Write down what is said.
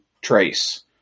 Trace